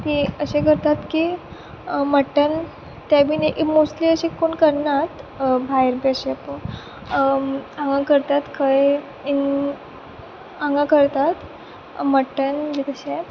तीं अशें करतात की मटन तें बीन मोस्टली अशें कोण करनात भायर जशें हांगा करतात खंय हांगा इन हांगा करतात मटन बी तशें